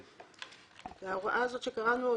ההוראה הזאת שקראנו,